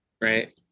right